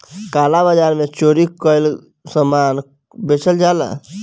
काला बाजार में चोरी कअ सामान बेचल जाला